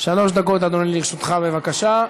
שלוש דקות, אדוני, לרשותך, בבקשה.